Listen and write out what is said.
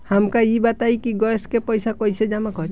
हमका ई बताई कि गैस के पइसा कईसे जमा करी?